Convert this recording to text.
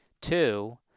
Two